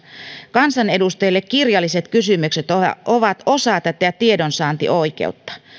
kansanedustajille kirjalliset kysymykset ovat osa tätä tiedonsaantioikeutta